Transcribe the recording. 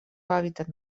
hàbitat